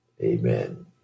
Amen